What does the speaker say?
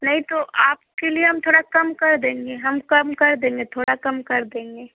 नहीं तो आपके लिए हम थोड़ा कम कर देंगे हम कम कर देंगे थोड़ा कम कर देंगे